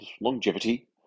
longevity